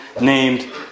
named